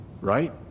Right